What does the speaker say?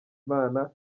imana